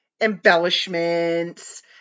embellishments